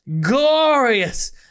Glorious